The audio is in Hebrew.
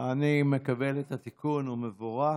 אני מקבל את התיקון המבורך.